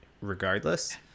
Regardless